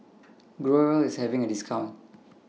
Growell IS having A discount